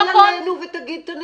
אנחנו חבר בורסאית.